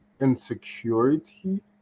insecurity